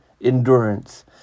endurance